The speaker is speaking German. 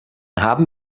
haben